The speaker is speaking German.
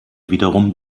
wiederum